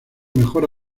mejor